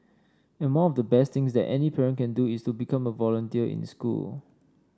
and more of the best that any parent can do is to become a volunteer in school